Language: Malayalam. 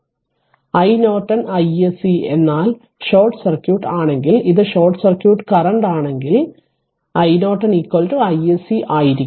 iNorton iSC എന്നാൽ ഷോർട്ട് സർക്യൂട്ട് ആണെങ്കിൽ ഇത് ഷോർട്ട് സർക്യൂട്ട് കറന്റ് ആണെങ്കിൽ iNorton iSC ആയിരിക്കും